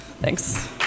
Thanks